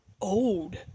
old